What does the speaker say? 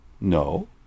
No